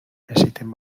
existen